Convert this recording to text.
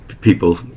people